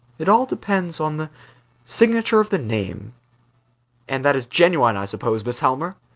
it all depends on the signature of the name and that is genuine, i suppose, mrs. helmer?